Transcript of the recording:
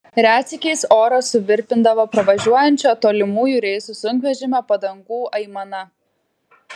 retsykiais orą suvirpindavo pravažiuojančio tolimųjų reisų sunkvežimio padangų aimana